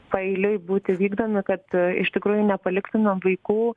paeiliui būti vykdomi kad iš tikrųjų nepaliktumėm vaikų